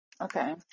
Okay